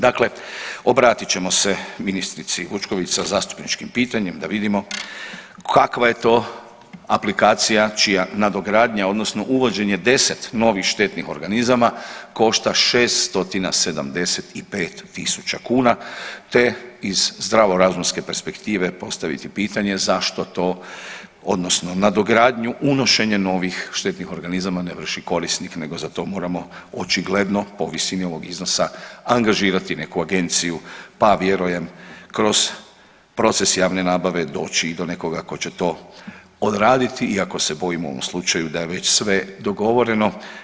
Dakle, obratit ćemo se ministrici Vučković sa zastupničkim pitanjem da vidimo kakva je to aplikacija čija nadogradnja odnosno uvođenje 10 novih štetnih organizama košta 675.000 kuna te iz zdravorazumske perspektive postaviti pitanje zašto to odnosno nadogradnju unošenje novih štetnih organizama ne vrši korisnik nego za to moramo očigledno po visini ovog iznosa angažirati neku agenciju, pa vjerujem kroz proces javne nabave doći i do nekoga tko će to odraditi iako se bojimo u ovom slučaju da je već sve dogovoreno.